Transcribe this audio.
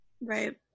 Right